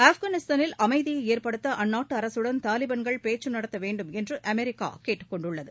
ஆப்கானிஸ்தானில் அமைதியை ஏற்படுத்த அந்நாட்டு அரசுடன் தாலிபான்கள் பேச்சுநடத்த வேண்டுமென்று அமெரிக்கா கேட்டுக் கொண்டுள்ளது